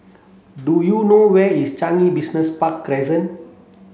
do you know where is Changi Business Park Crescent